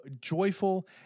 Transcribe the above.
joyful